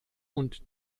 und